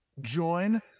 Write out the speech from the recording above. join